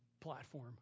platform